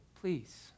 Please